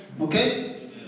Okay